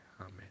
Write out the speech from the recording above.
Amen